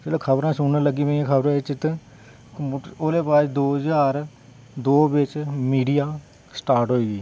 ते खबरां सुनन लग्गी पे ते खबरें च ते ओह्दे बाद दो ज्हार दौ बिच मीडिया स्टार्ट होई